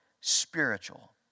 spiritual